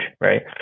right